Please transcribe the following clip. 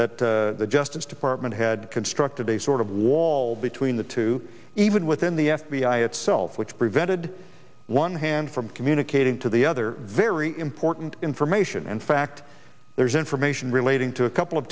that the justice department had constructed a sort of wall between the two even within the f b i itself which prevented one hand from communicating to the other very important information in fact there's information relating to a couple of